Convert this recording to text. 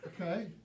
Okay